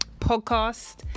podcast